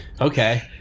Okay